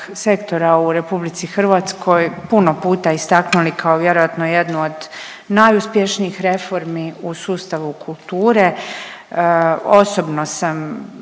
sektora u Republici Hrvatskoj puno puta istaknuli kao vjerojatno jednu od najuspješnijih reformi u sustavu kulture. Osobno sam